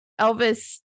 Elvis